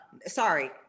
Sorry